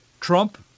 Trump